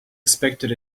expected